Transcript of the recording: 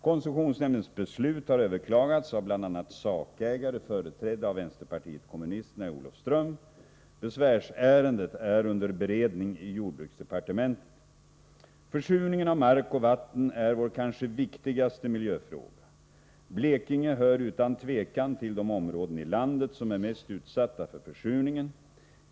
Koncessionsnämndens beslut har överklagats av bl.a. sakägare företrädda av vänsterpartiet kommunisterna i Olofström. Besvärsärendet är under beredning i jordbruksdepartementet. Försurningen av mark och vatten är vår kanske viktigaste miljöfråga. Blekinge hör utan tvivel till de områden i landet som är mest utsatta för försurningen.